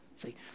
See